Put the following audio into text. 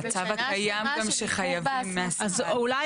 המצב הקיים גם שחייבים --- אז אולי,